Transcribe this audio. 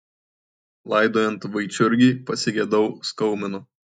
laidojant vaičiurgį pasigedau skaumino